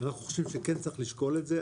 אנחנו חושבים שכן צריך לשקול את זה.